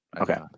Okay